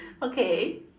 okay